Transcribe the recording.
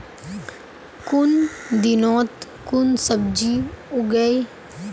कुन दिनोत कुन सब्जी उगेई?